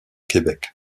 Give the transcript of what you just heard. québec